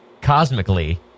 cosmically